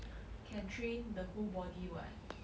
can train the whole body what